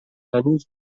هنوز